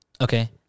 Okay